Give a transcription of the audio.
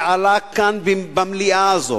שעלה כאן במליאה הזו,